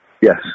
Yes